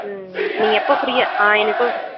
நீங்கள் எப்போ ஃப்ரீயாக எனக்கு